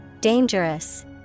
Dangerous